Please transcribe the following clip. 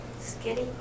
Skitty